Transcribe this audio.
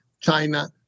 China